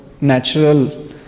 natural